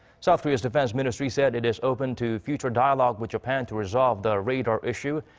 south korea's defense ministry said it is open to future dialogue with japan to resolve the radar issue.